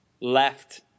left